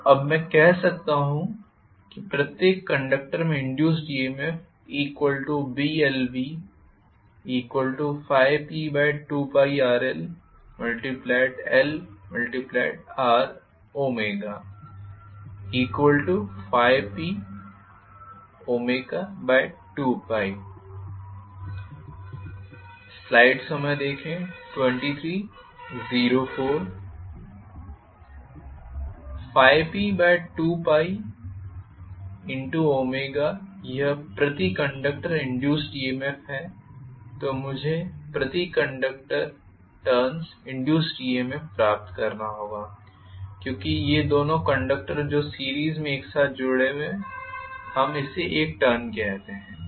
तो अब मैं कह सकता हूँ प्रत्येक कंडक्टर में induced EMF Blv∅P2πrllrω ∅P2π ∅P2π यह प्रति कंडक्टर इंड्यूस्ड ईएमएफ है तो मुझे प्रति टर्न्स इंड्यूस्ड ईएमएफ प्राप्त करना होगा क्योंकि ये दोनों कंडक्टर जो सीरीस में एक साथ जुड़े हुए हैं हम इसे एक टर्न कहते हैं